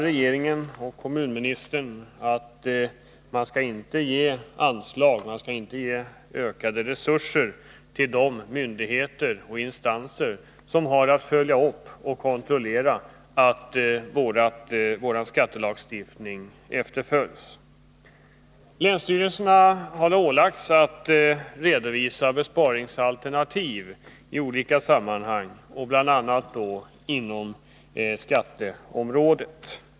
Regeringen och kommunministern menar att det inte skall ges ökade resurser till de myndigheter och instanser som har att kontrollera att vår skattelagstiftning efterlevs. Länsstyrelserna har ålagts att i olika sammanhang redovisa besparingsalternativ, bl.a. inom skatteområdet.